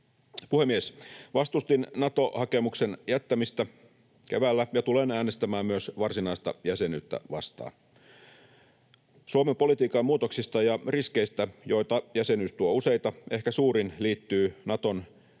Puhemies! Vastustin Nato-hakemuksen jättämistä keväällä ja tulen äänestämään myös varsinaista jäsenyyttä vastaan. Suomen politiikan muutoksista ja riskeistä, joita jäsenyys tuo useita, ehkä suurin liittyy Naton